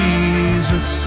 Jesus